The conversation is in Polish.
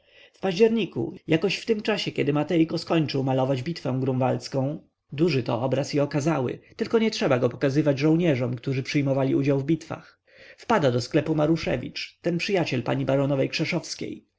w październiku jakoś w tym czasie kiedy matejko skończył malować bitwę grunwaldzką duży to obraz i okazały tylko nie trzeba go pokazywać żołnierzom którzy przyjmowali udział w bitwach wpada do sklepu maruszewicz ten przyjaciel pani baronowej krzeszowskiej